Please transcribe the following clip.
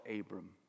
Abram